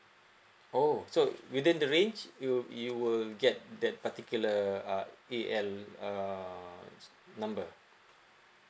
oh so within the range you'll you will get that particular uh A_L uh number